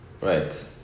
Right